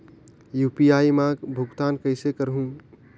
UPI मा भुगतान कइसे करहूं?